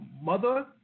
mother